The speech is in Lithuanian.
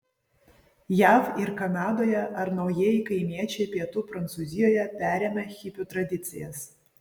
jav ir kanadoje ar naujieji kaimiečiai pietų prancūzijoje perėmę hipių tradicijas